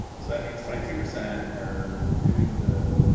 so that means twenty two percent are doing the